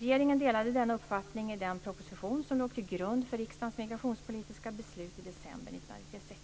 Regeringen delade denna uppfattning i den proposition som låg till grund för riksdagens migrationspolitiska beslut i december 1996.